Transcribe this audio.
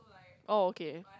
oh okay